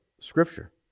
Scripture